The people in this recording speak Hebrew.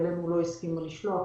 ואלינו לא הסכימו לשלוח.